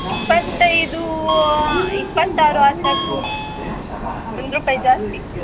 ಇಪ್ಪತ್ತೈದು ಇಪ್ಪತ್ತಾರು ಆಚೆ ಆಗ್ಬೋದು ಒಂದು ರುಪಾಯಿ ಜಾಸ್ತಿ